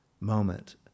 moment